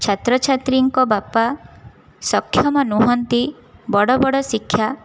ଛାତ୍ର ଛାତ୍ରୀଙ୍କ ବାପା ସକ୍ଷମ ନୁହନ୍ତି ବଡ଼ ବଡ଼ ଶିକ୍ଷା